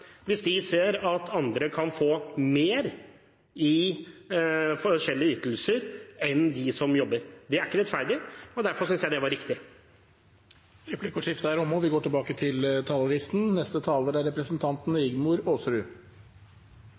hvis de ser at andre kan få mer i forskjellige ytelser enn de som jobber? Det er ikke rettferdig, og derfor synes jeg dette er riktig. Replikkordskiftet er omme. Arbeiderpartiets alternative budsjett er meislet ut etter tre helt klare mål: Vi